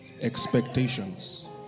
Expectations